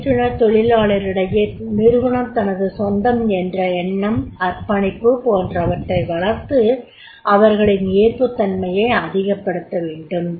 பயிற்றுனர் தொழிலாளரிடையே நிறுவனம் தனது சொந்தம் என்ற எண்ணம் அர்ப்பணிப்பு போன்றவற்றை வளர்த்து அவர்களின் ஏற்புத்தன்மையை அதிகப்படுத்தவேண்டும்